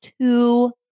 two